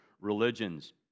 religions